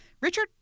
Richard